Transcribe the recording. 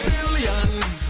Billions